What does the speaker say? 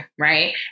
right